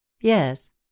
Yes